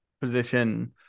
position